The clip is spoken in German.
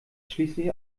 schließlich